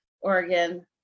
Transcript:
Oregon